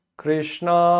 Krishna